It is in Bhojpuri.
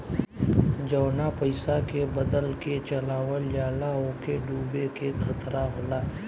जवना पइसा के बदल के चलावल जाला ओके डूबे के खतरा होला